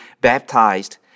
baptized